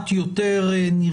השינויים שלפניכם.